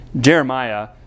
Jeremiah